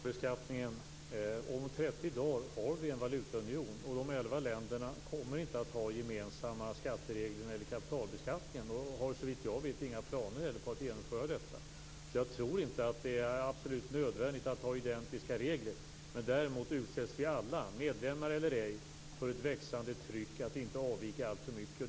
Fru talman! Först kapitalbeskattningen. Om 30 dagar har vi en valutaunion. De elva länderna kommer inte att ha gemensamma skatteregler när det gäller kapitalbeskattningen och har, såvitt jag vet, inga planer på att genomföra detta heller. Jag tror inte att det är absolut nödvändigt att ha identiska regler. Däremot utsätts vi alla, medlemmar eller ej, för ett växande tryck att inte avvika alltför mycket.